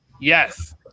Yes